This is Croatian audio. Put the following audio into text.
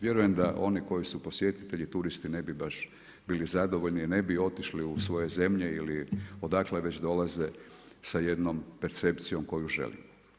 Vjerujem da oni koji su posjetitelji turisti ne bi baš bili zadovoljni jer ne bi otišli u svoje zemlje ili odakle već dolaze sa jednom percepcijom koju želimo.